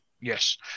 Yes